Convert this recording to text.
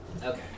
Okay